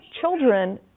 children